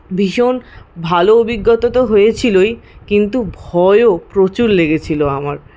ভীষণ ভালো অভিজ্ঞতা তো হয়েছিলোই কিন্তু ভয়ও প্রচুর লেগেছিলো আমার